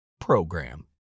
program